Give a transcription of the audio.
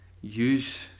use